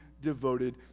devoted